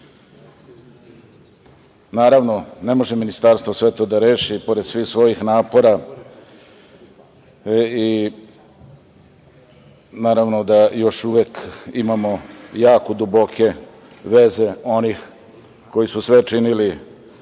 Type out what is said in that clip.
mesto. Naravno, ne može ministarstvo sve to da reši pored svih svojih napora i naravno da još uvek imamo jako duboke veze onih koji su sve činili